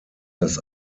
das